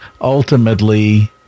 ultimately